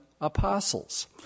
apostles